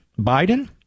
Biden